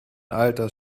alters